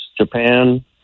Japan